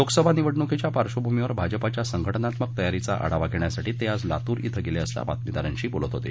लोकसभा निवडणुकीच्या पार्श्वभूमीवर भाजपाच्या संघटनात्मक तयारीचा आढावा घेण्यासाठी ते आज लातूर इथं गेले असता बातमीदारांशी बोलत होते